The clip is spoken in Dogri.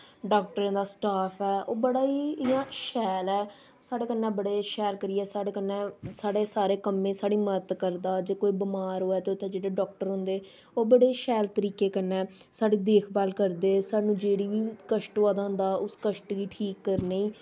डाक्टरें दा स्टाफ ऐ ओह् बड़ा गै इ'यां शैल ऐ साढ़े कन्नै बड़े शैल करियै साढ़े कन्नै साढ़े सारे कम्में गी साढ़ी मदद करदा जे कोई बमार होऐ ते उत्थें जेह्ड़े डाक्टर होंदे ओह् बड़े शैल तरीके कन्नै साढ़ी देखभाल करदे सानूं जेह्ड़ी बी कश्ट होआ दा होंदा उस कश्ट गी ठीक करने गी